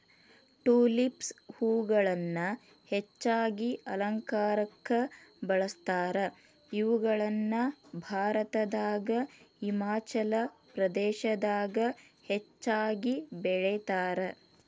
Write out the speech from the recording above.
tulips ಹೂಗಳನ್ನ ಹೆಚ್ಚಾಗಿ ಅಲಂಕಾರಕ್ಕ ಬಳಸ್ತಾರ, ಇವುಗಳನ್ನ ಭಾರತದಾಗ ಹಿಮಾಚಲ ಪ್ರದೇಶದಾಗ ಹೆಚ್ಚಾಗಿ ಬೆಳೇತಾರ